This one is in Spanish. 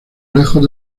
lejos